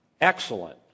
excellent